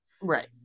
Right